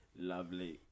lovely